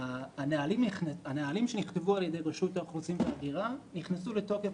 הנהלים שנכתבו על ידי רשות האוכלוסין וההגירה נכנסו לתוקף